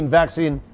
vaccine